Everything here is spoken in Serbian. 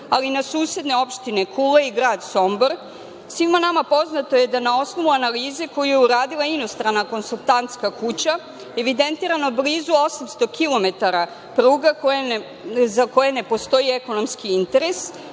ali i na susedne opštine Kula i grad Sombor. Svima nama poznato je da na osnovu analize koju je uradila inostrana konsultantska kuća evidentirano je blizu 800 kilometara pruge za koju ne postoji ekonomski interes